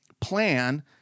plan